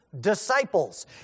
disciples